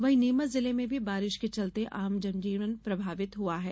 वहीं नीमच जिले में भी बारिश के चलते आमजनजीवन प्रभावित हुआ है